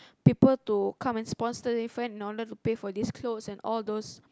people to come and sponsor in order to pay for these clothes and all those